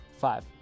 five